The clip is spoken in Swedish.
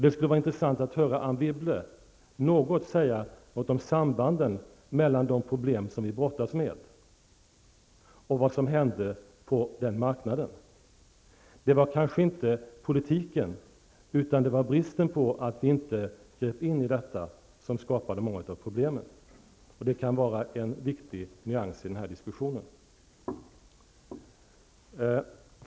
Det skulle vara intressant att höra Anne Wibble säga något om sambanden mellan de problem som vi brottas med och det som hände på den här marknaden. Det var kanske inte politiken utan snarare bristen på åtgärder, i form av att vi inte grep in på detta område, som skapade många av problemen. Det kan vara en viktig nyans i den här diskussionen.